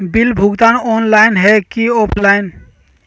Bill भुगतान online है की ऑफलाइन?